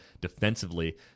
defensively